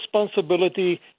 responsibility